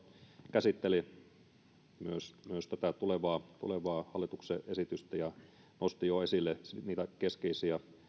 käsitteli myös tätä tulevaa tulevaa hallituksen esitystä ja nosti jo esille niitä keskeisiä